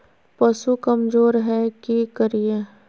पशु कमज़ोर है कि करिये?